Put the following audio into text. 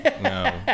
no